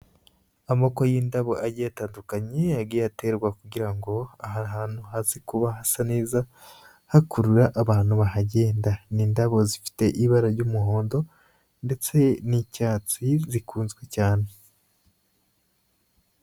Amoko y'indabo agiye atandukanye yagiye aterwa kugira ngo aha hantu haze kuba hasa neza, hakurura abantu bahagenda. Ni indabo zifite ibara ry'umuhondo ndetse n'icyatsi zikunzwe cyane.